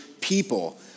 people